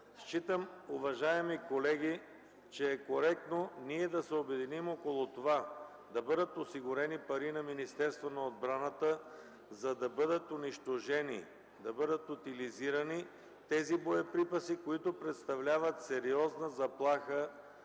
година, уважаеми колеги, считам, че е коректно да се обединим около това да бъдат осигурени пари на Министерството на отбраната, за да бъдат унищожени, да бъдат утилизирани тези боеприпаси, които представляват сериозна заплаха